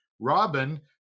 Robin